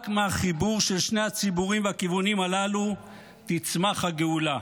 רק מהחיבור של שני הציבורים והכיוונים הללו תצמח הגאולה.